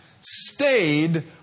stayed